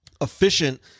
efficient